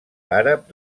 àrab